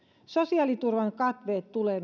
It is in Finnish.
sosiaaliturvan katveet tulee